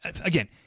again